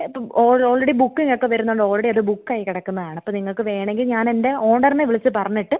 അത് all already booking ഒക്കെ വരുന്നുണ്ട് ഓൾറെഡി അത് ബുക്ക് ആയി കിടക്കുന്നതാണ് ഇപ്പോൾ നിങ്ങൾക്ക് വേണമെങ്കിൽ ഞാൻ എൻ്റെ ഓണറിനെ വിളിച്ച് പറഞ്ഞിട്ട്